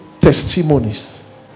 testimonies